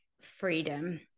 freedom